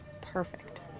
perfect